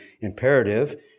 imperative